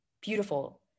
Beautiful